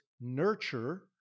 nurture